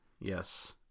yes